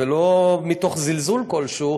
ולא מתוך זלזול כלשהו,